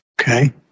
Okay